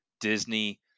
Disney